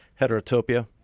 Heterotopia